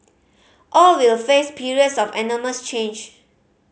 all will face periods of enormous change